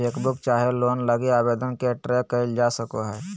chequebook चाहे loan लगी आवेदन के ट्रैक क़इल जा सको हइ